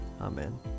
amen